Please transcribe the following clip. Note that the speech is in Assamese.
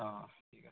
অ ঠিক আছে